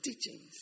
teachings